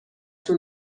تون